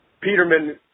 Peterman